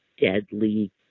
deadly